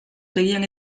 seguían